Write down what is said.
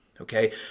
Okay